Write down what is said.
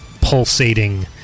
pulsating